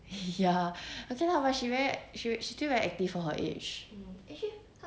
hee hee ya okay lah but she very she's still very active for her age